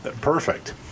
Perfect